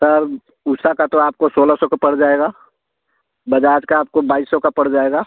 sir Usha का तो आपको सोलह सौ का पड़ जाएगा बज़ाज़ का आपको बाइस सौ का पड़ जाएगा